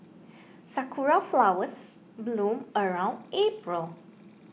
sakura flowers bloom around April